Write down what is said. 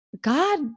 God